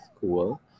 cool